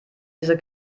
diese